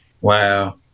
Wow